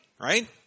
right